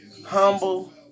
Humble